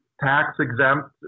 tax-exempt